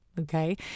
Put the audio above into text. okay